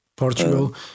Portugal